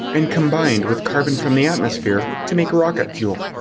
and combined with carbon from the atmosphere, to make rocket fuel.